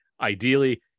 ideally